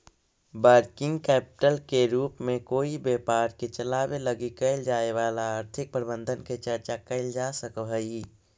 working capital के रूप में कोई व्यापार के चलावे लगी कैल जाए वाला आर्थिक प्रबंधन के चर्चा कैल जा सकऽ हई